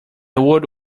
old